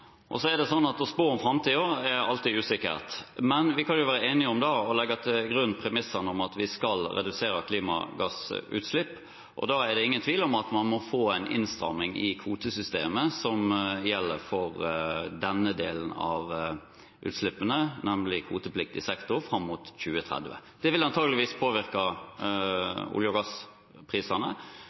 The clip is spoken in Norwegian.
er så mye som er i endring, hvordan kan statsråden mene at svaret på det er fortsatt stø kurs? Vår forvaltning av våre olje- og gassressurser har tjent Norge bra hittil. Forvaltningssystemet er bra, et av det beste i verden. Å spå om framtiden er alltid usikkert, men vi kan være enige om å legge til grunn premisset om å redusere klimagassutslipp, og da er det ingen tvil om at man må få en innstramming i kvotesystemet